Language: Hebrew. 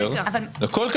אבל זה לא שני תנאים במצטבר.